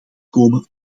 komen